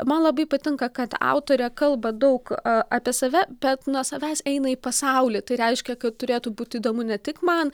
man labai patinka kad autorė kalba daug apie save bet nuo savęs eina į pasaulį tai reiškia kad turėtų būti įdomu ne tik man